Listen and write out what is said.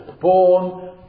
Born